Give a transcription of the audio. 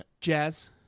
Jazz